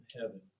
heaven